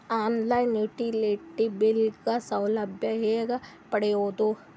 On line utility bill ಗ ಸೌಲಭ್ಯ ಹೇಂಗ ಪಡೆಯೋದು?